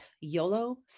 YOLO